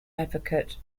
advocate